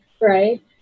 right